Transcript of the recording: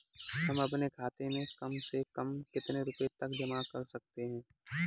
हम अपने खाते में कम से कम कितने रुपये तक जमा कर सकते हैं?